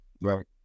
Right